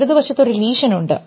ഇടതുവശത്ത് ഒരു ലീഷൻ ഉണ്ട്